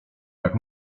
jak